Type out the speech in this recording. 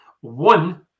One